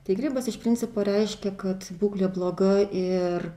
tai grybas iš principo reiškia kad būklė bloga ir